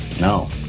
no